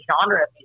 genre